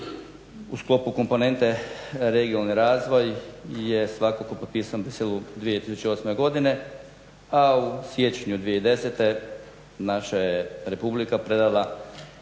u sklopu komponente regionalni razvoj je svakako potpisan u Bruxellesu 2008. godine, a u siječnju 2010. naša je Republika predala